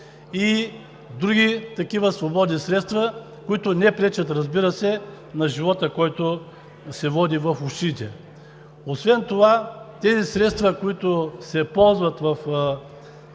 и други такива свободни средства, които не пречат, разбира се, на живота, който се води в общините. Освен това тези средства, които се ползват в